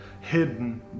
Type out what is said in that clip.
hidden